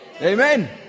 Amen